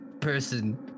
person